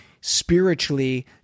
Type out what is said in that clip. spiritually